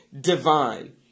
divine